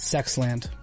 Sexland